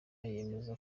yemeza